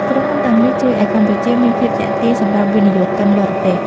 ក្រុមហ៊ុនទាំងនេះជួយឱ្យកម្ពុជាមានភាពទាក់ទាញ សម្រាប់វិនិយោគិនបរទេស។